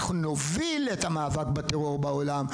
אנחנו נוביל את המאבק בטרור בעולם,